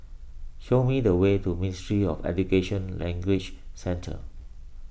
show me the way to Ministry of Education Language Centre